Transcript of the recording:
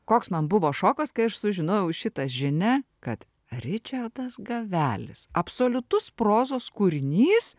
koks man buvo šokas kai aš sužinojau šitą žinią kad ričardas gavelis absoliutus prozos kūrinys